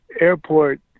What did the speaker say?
Airport